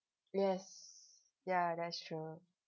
yes ya that's true